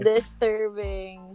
Disturbing